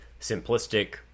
simplistic